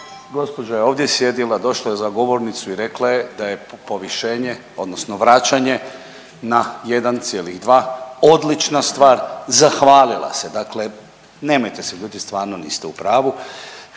gđa. je ovdje sjedila, došla je za govornicu i rekla je da je povišenje odnosno vraćanje na 1,2 odlična stvar i zahvalila se, dakle nemojte se ljutit, stvarno niste u pravu.